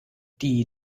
die